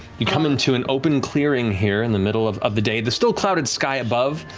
you come into an open clearing here, in the middle of of the day, the still-clouded sky above,